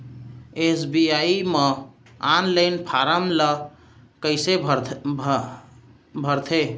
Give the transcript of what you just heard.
SBI म online form ल कइसे भरथे?